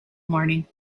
morning